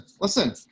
listen